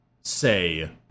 say